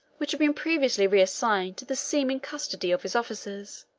which had been previously resigned to the seeming custody of his officers.